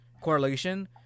Correlation